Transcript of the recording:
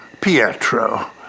Pietro